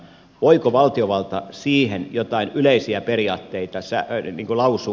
voiko valtiovalta siihen jotain yleisiä periaatteita lausua